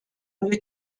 میگه